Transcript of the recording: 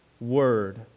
word